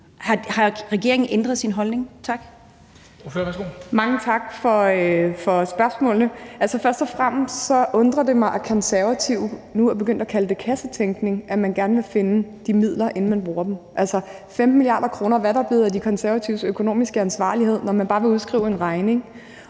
værsgo. Kl. 10:59 Ida Auken (S): Mange tak for spørgsmålene. Først og fremmest undrer det mig, at Konservative nu er begyndt at kalde det kassetænkning, at man gerne vil finde midlerne, inden man bruger dem. Altså, det er 15 mia. kr. Hvad er der blevet af De Konservatives økonomiske ansvarlighed, når man bare vil udskrive en regning?